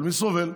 אבל מי סובל?